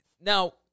Now